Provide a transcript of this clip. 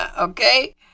Okay